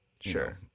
sure